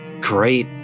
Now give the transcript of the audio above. great